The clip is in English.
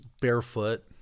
barefoot